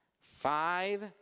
five